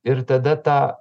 ir tada tą